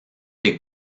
les